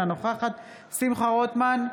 אינה נוכחת שמחה רוטמן,